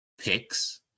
picks